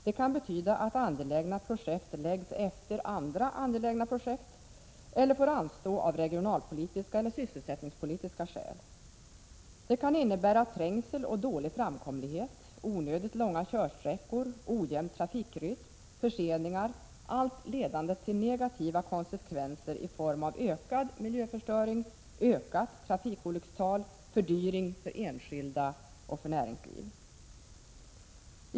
Det kan betyda att angelägna projekt läggs efter andra angelägna projekt eller får anstå av regionalpolitiska eller sysselsättningspolitiska skäl. Det kan innebära trängsel och dålig framkomlighet, onödigt långa körsträckor, ojämn trafikrytm, förseningar — allt ledande till negativa konsekvenser i form av ökad miljöförstöring, ökat trafikolyckstal, fördyring för enskilda och näringsliv.